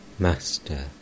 Master